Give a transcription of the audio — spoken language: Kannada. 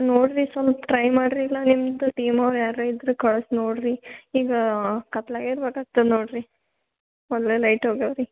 ನೋಡಿರಿ ಸ್ವಲ್ಪ ಟ್ರೈ ಮಾಡಿರಿ ಇಲ್ಲ ನಿಮ್ಮದು ಟೀಮ್ ಅವ್ರು ಯಾರು ಇದ್ರೆ ಕಳ್ಸಿ ನೋಡಿರಿ ಈಗ ಕತ್ಲಾಗ ನೋಡಿರಿ ಒಳ್ಳೆ ಲೈಟ್ ಹೋಗಿವೆ ರೀ